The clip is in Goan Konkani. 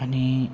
आनी